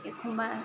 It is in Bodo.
एखमबा